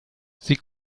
sie